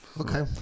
okay